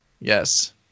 Yes